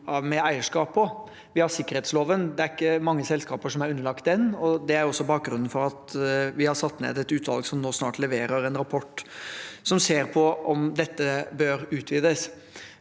Vi har sikkerhetsloven, det er ikke mange selskaper som er underlagt den, og det er også bakgrunnen for at vi har satt ned et utvalg som nå snart leverer en rapport som ser på om dette bør utvides.